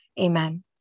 Amen